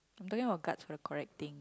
I'm talking guts for the correcting thing